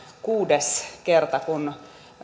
kuudes kerta kun